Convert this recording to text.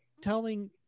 telling